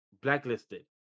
blacklisted